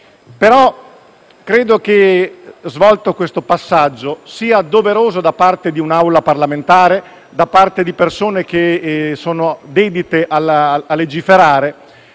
Credo che, svolto questo passaggio, sia doveroso da parte di un'Assemblea parlamentare, da parte di persone che sono dedite a legiferare,